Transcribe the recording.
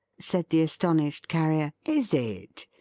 said the astonished carrier, is it?